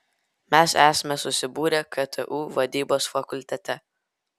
mes esame susibūrę ktu vadybos fakultete